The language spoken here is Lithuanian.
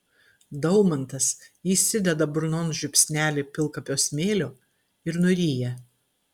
daumantas įsideda burnon žiupsnelį pilkapio smėlio ir nuryja